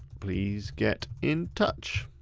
please get in touch.